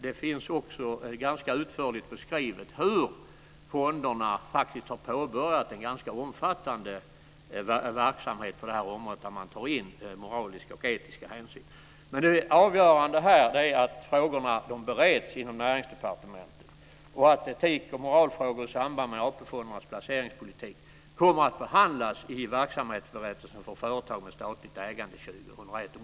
Det finns också ganska utförligt beskrivet hur fonderna faktiskt har påbörjat en ganska omfattande verksamhet på det här området, där man tar in moraliska och etiska hänsyn. Men avgörande är att frågorna bereds inom Näringsdepartementet och att etik och moralfrågor i samband med AP-fondernas placeringspolitik kommer att behandlas i verksamhetsberättelsen för företag med statligt ägande 2001.